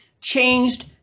changed